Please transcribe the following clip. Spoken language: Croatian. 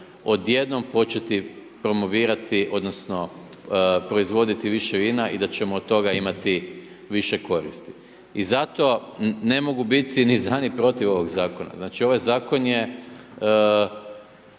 odjednom početi promovirati, odnosno proizvoditi više vina i da ćemo od toga imati više koristi. I zato ne mogu biti ni za ni protiv ovog zakona. Znači ovaj zakon je